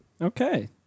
Okay